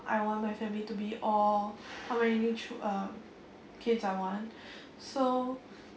I want my family to be or how many child uh kids I want so